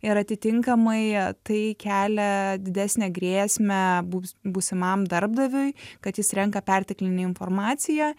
ir atitinkamai tai kelia didesnę grėsmę būs būsimam darbdaviui kad jis renka perteklinę informaciją